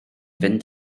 fynd